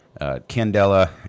Candela